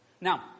Now